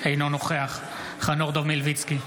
אינו נוכח חנוך דב מלביצקי,